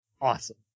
awesome